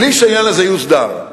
בלי שהעניין הזה יוסדר.